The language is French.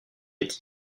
est